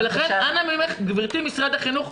ולכן אנא ממך גבירתי ממשרד החינוך,